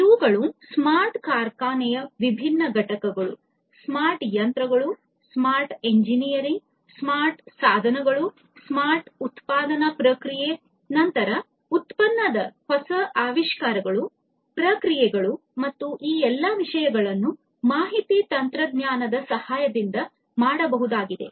ಇವುಗಳು ಸ್ಮಾರ್ಟ್ ಕಾರ್ಖಾನೆಯ ವಿಭಿನ್ನ ಘಟಕಗಳು ಸ್ಮಾರ್ಟ್ ಯಂತ್ರಗಳು ಸ್ಮಾರ್ಟ್ ಎಂಜಿನಿಯರಿಂಗ್ ಸ್ಮಾರ್ಟ್ ಸಾಧನಗಳು ಸ್ಮಾರ್ಟ್ ಉತ್ಪಾದನಾ ಪ್ರಕ್ರಿಯೆ ನಂತರ ಉತ್ಪನ್ನದ ಹೊಸ ಆವಿಷ್ಕಾರಗಳು ಪ್ರಕ್ರಿಯೆಗಳು ಮತ್ತು ಈ ಎಲ್ಲ ವಿಷಯಗಳನ್ನು ಮಾಹಿತಿ ತಂತ್ರಜ್ಞಾನದ ಸಹಾಯದಿಂದ ಮಾಡಬಹುದಾಗಿದೆ